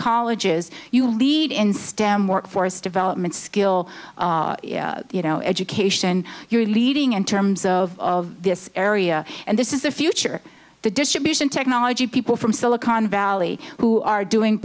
colleges you lead in stem workforce development skill you know education you're leading in terms of this area and this is the future the distribution technology people from silicon valley who are doing